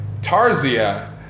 Tarzia